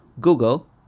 Google